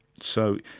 so,